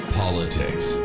politics